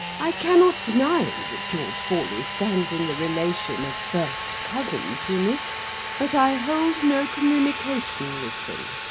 i cannot deny that george forley stands in the relation of first cousin to me but i hold no communication with him.